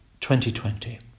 2020